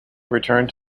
returned